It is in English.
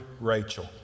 Rachel